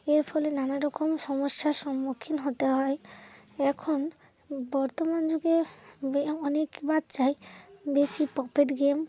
এর ফলে নানা রকম সমস্যার সম্মুখীন হতে হয় এখন বর্তমান যুগের অনেক বাচ্চাই বেশি পকেট গেম